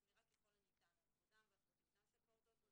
תוך שמירה ככל הניתן על כבודם ועל פרטיותם של פעוטות,